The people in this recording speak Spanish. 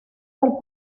del